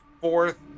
fourth